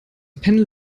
pendel